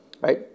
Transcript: right